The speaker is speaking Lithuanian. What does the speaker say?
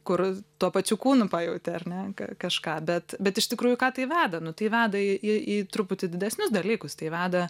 kur tuo pačiu kūnu pajauti ar ne kažką bet bet iš tikrųjų į ką tai veda nu tai veda į į į truputį didesnius dalykus tai veda